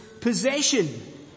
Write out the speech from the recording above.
possession